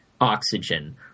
oxygen